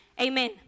Amen